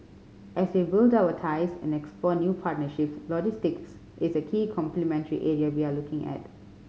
as we build our ties and explore new partnerships logistics is a key complementary area we are looking at